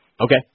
Okay